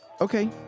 Okay